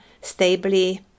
stably